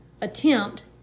attempt